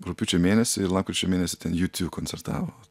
rugpjūčio mėnesį ir lapkričio mėnesį ten ju tiu koncertavo